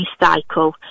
recycle